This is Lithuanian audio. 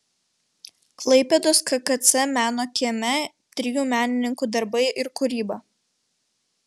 klaipėdos kkc meno kieme trijų menininkų darbai ir kūryba